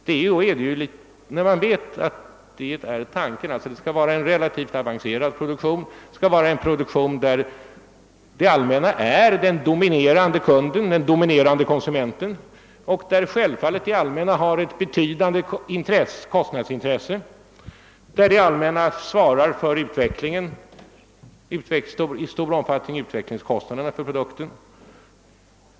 Det skall alltså vara fråga om en relativt avancerad produktion, där samhället är den dominerande konsumenten och det allmänna har ett betydande kostnadsintresse samt svarar i stor utsträckning för produkternas utvecklingskostnad.